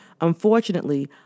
Unfortunately